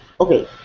Okay